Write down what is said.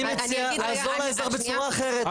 אני מציע לעזור לאזרח בצורה אחרת: להאריך את התקופה.